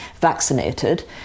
vaccinated